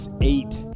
eight